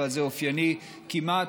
אבל זה אופייני כמעט,